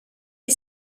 est